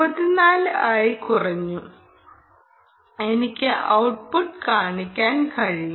4 ആയി കുറഞ്ഞു എനിക്ക് ഔട്ട്പുട്ട് കാണിക്കാൻ കഴിയണം